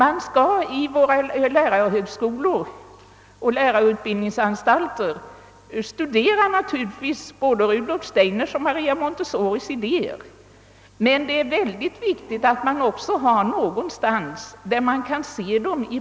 Vi skall naturligtvis i våra lärarhögskolor och lärarutbildningsanstalter studera både Rudolf Steiners och Maria Montessoris idéer, men det är också synnerligen viktigt att man kan se dem omsatta i praktiken någonstans.